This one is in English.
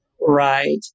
Right